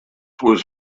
was